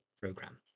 program